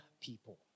people